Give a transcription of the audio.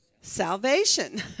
salvation